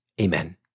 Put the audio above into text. Amen